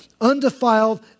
undefiled